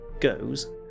goes